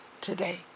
today